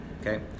okay